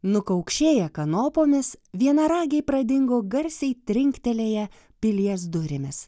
nukaukšėję kanopomis vienaragiai pradingo garsiai trinktelėję pilies durimis